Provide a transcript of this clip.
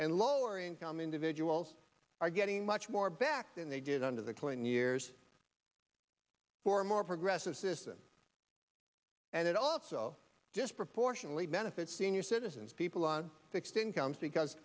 and lower income individuals are getting much more back than they did under the clinton years for a more progressive system and it also just proportionately benefits senior citizens people on fixed